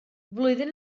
flwyddyn